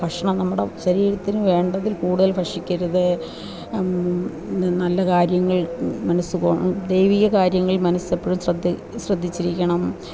ഭക്ഷണം നമ്മുടെ ശരീരത്തിനു വേണ്ടതില് കൂടുതല് ഭക്ഷിക്കരുത് നല്ല കാര്യങ്ങള് മനഃസുഖം ദൈവിക കാര്യങ്ങളില് മനസ്സെപ്പോഴും ശ്രദ്ധ ശ്രദ്ധിച്ചിരിക്കണം